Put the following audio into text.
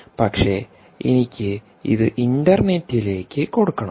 പക്ഷെ എനിക്ക് ഇത് ഇൻറർനെറ്റിലേക്കുകൊടുക്കണം